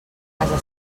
casa